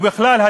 ובכלל,